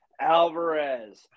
Alvarez